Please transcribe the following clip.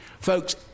Folks